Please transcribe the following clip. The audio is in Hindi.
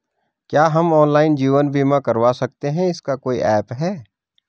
क्या हम ऑनलाइन जीवन बीमा करवा सकते हैं इसका कोई ऐप है?